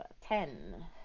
Ten